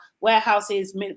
warehouses